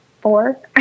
four